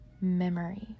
memory